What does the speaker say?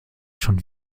schon